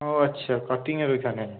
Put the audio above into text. ও আচ্ছা কাটিঙের ওইখানে